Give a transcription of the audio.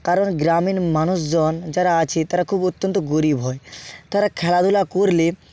কারণ গ্রামীণ মানুষজন যারা আছে তারা খুব অত্যন্ত গরীব হয় তারা খেলাধুলা করলে